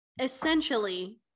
essentially